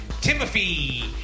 Timothy